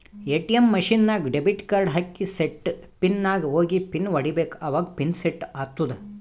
ATM machine ನಾಗ್ debit card ಹಾಕಿ set pin ನಾಗ್ ಹೋಗಿ ಪಿನ್ ಹೊಡಿಬೇಕ ಅವಾಗ ಪಿನ್ ಸೆಟ್ ಆತ್ತುದ